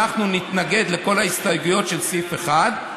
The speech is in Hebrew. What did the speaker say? אנחנו נתנגד לכל ההסתייגויות לסעיף 1,